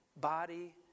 Body